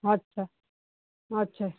ਅੱਛਾ ਅੱਛਾ